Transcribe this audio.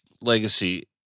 legacy